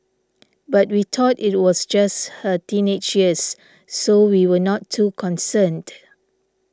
but we thought it was just her teenage years so we were not too concerned